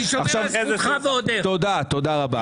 אז תגיד את הדברים,